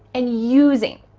and using.